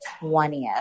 20th